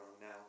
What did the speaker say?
now